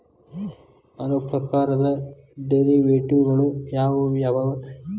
ನಾಲ್ಕ್ ಪ್ರಕಾರದ್ ಡೆರಿವೆಟಿವ್ ಗಳು ಯಾವ್ ಯಾವವ್ಯಾವು?